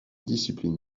discipline